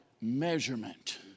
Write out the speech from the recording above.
measurement